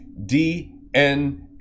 DNA